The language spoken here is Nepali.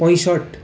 पैँसठ्